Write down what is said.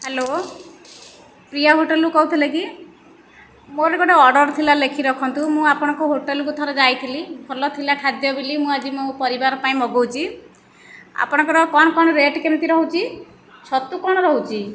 hello Priya ହୋଟେଲରୁ କହୁଥିଲେ କି ମୋ'ର ଗୋଟିଏ ଅର୍ଡ଼ର ଥିଲା ଲେଖି ରଖନ୍ତୁ ମୁଁ ଆପଣଙ୍କ ହୋଟେଲକୁ ଥରେ ଯାଇଥିଲି ଭଲ ଥିଲା ଖାଦ୍ୟ ବୋଲି ଆଜି ମୋ' ପରିବାର ପାଇଁ ମଗାଉଛି ଆପଣଙ୍କର କ'ଣ କ'ଣ ରେଟ କେମିତି ରହୁଛି ଛତୁ କ'ଣ ରହୁଛି